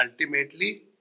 Ultimately